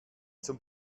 zum